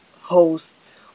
host